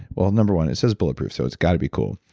well number one, it says bulletproof so it's got to be cool.